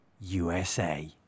USA